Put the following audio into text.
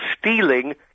stealing